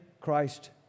Christ